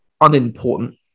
Unimportant